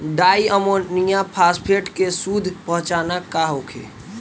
Di ammonium phosphate के शुद्ध पहचान का होखे?